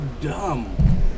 dumb